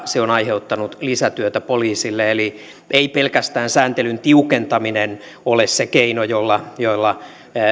se on aiheuttanut lisätyötä poliisille eli ei pelkästään sääntelyn tiukentaminen ole se keino jolla